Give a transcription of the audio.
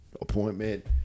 Appointment